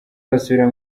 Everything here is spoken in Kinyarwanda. basubira